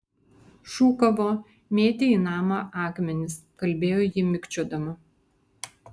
šūkavo mėtė į namą akmenis kalbėjo ji mikčiodama